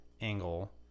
angle